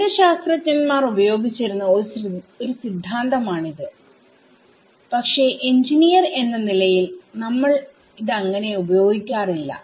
ഗണിതശാസ്ത്രജ്ഞൻമാർ ഉപയോഗിച്ചിരുന്ന ഒരു സിദ്ധാന്തം ആണിത്പക്ഷെ എഞ്ചിനീയർ എന്ന നിലയിൽ നമ്മൾ ഇതങ്ങനെ ഉപയോഗിക്കാറില്ല